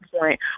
point